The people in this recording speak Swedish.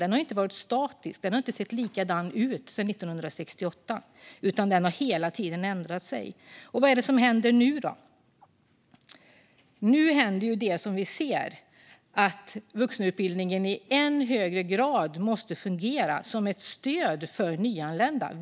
Den har inte varit statisk eller sett likadan ut sedan 1968, utan den har hela tiden ändrat sig. Vad händer nu då? Jo, nu måste vuxenutbildningen i ännu högre grad fungera som ett stöd för nyanlända.